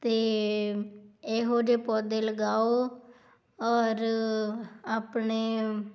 ਅਤੇ ਇਹੋ ਜਿਹੇ ਪੌਦੇ ਲਗਾਓ ਔਰ ਆਪਣੇ